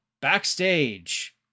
backstage